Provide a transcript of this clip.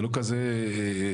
זה לא כזה מורכב.